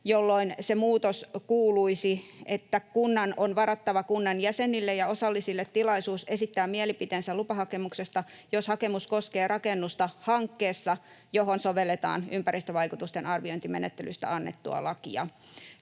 jolloin se muutos kuuluisi: ”Kunnan on varattava kunnan jäsenille ja osallisille tilaisuus esittää mielipiteensä lupahakemuksesta, jos hakemus koskee rakennusta hankkeessa, johon sovelletaan ympäristövaikutusten arviointimenettelystä annettua lakia.”